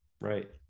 Right